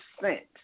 percent